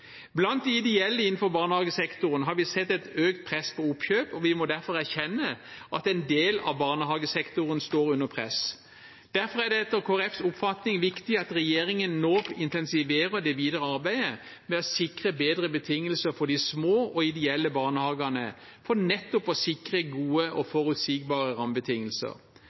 Blant de ideelle innenfor barnehagesektoren har vi sett et økt press på oppkjøp, og vi må derfor erkjenne at en del av barnehagesektoren står under press. Derfor er det etter Kristelig Folkepartis oppfatning viktig at regjeringen nå intensiverer det videre arbeidet med å sikre bedre betingelser for de små og ideelle barnehagene, for nettopp å sikre gode og forutsigbare rammebetingelser.